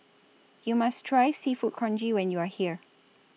YOU must Try Seafood Congee when YOU Are here